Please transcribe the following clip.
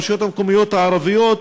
ברשויות המקומיות הערביות,